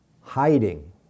hiding